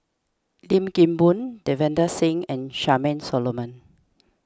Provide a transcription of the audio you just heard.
Lim Kim Boon Davinder Singh and Charmaine Solomon